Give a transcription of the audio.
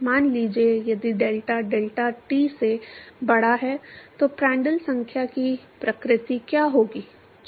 मान लीजिए यदि डेल्टा डेल्टा t से बड़ा है तो प्रांटल संख्या की प्रकृति क्या होगी